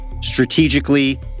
strategically